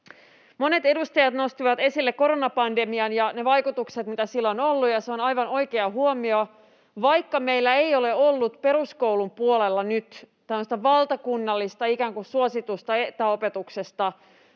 Monet edustajat nostivat esille koronapandemian ja ne vaikutukset, mitä sillä on ollut, ja ne ovat aivan oikeita huomioita. Vaikka meillä ei ole ollut peruskoulun puolella nyt valtakunnallista suositusta etäopetuksesta,